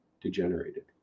degenerated